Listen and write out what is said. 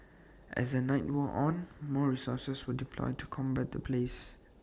as the night wore on more resources were deployed to combat the blaze